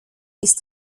ist